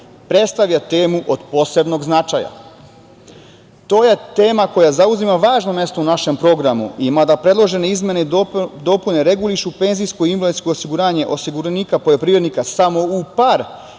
predstavlja temu od posebnog značaja. To je tema koja zauzima važno mesto u našem programu i mada predložene izmene i dopune regulišu penzijsko i invalidsko osiguranje osiguranika, poljoprivrednika samo u par specifičnih